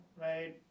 Right